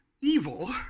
evil